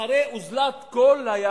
אחרי כל אוזלת היד,